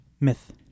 Myth